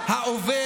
למה?